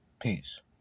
Peace